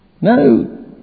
No